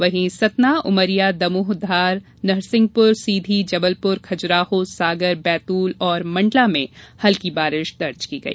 वहीं सतना उमरिया दमोह धार नरसिंहपुर सीधी जबलपुर खजुराहो सागर बैतूल और मंडला में हल्की बारिश हुई